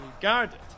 guarded